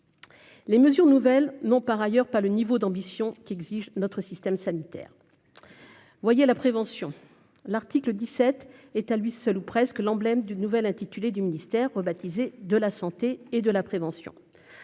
les mesures nouvelles, non par ailleurs par le niveau d'ambition qu'exige notre système sanitaire, voyez la prévention, l'article 17 est à lui seul, ou presque, l'emblème d'une nouvelle intitulé du ministère, rebaptisé de la santé et de la prévention,